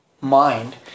mind